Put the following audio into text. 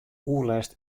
oerlêst